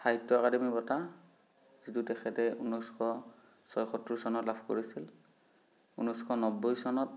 সাহিত্য একাডেমি বঁটা যিটো তেখেতে ঊনৈছশ ছয়সত্তৰ চনত লাভ কৰিছিল ঊনৈছশ নব্বৈ চনত